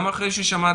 גם אחרי ששמעתי,